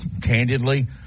candidly